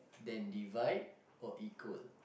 then divide or equal